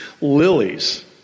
lilies